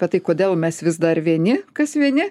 bet tai kodėl mes vis dar vieni kas vieni